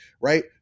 right